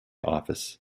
office